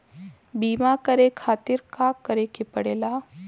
बीमा करे खातिर का करे के पड़ेला?